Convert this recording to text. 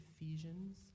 Ephesians